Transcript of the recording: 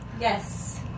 Yes